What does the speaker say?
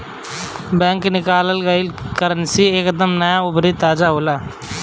bank से निकालल currency एक दम नया अउरी ताजा होला